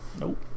Nope